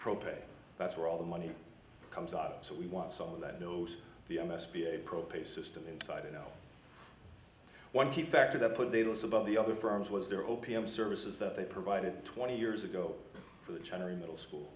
propane that's where all the money comes out so we want someone that knows the m s b a pro pay system inside you know one key factor that put the loss above the other firms was there opium services that they provided twenty years ago for the general middle school